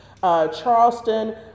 Charleston